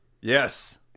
yes